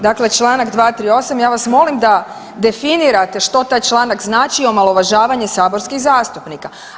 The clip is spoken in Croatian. Dakle, Članak 238. ja vas molim da definirate što taj članak znači omalovažavanje saborskih zastupnika.